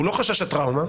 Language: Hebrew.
הוא לא חשש הטראומה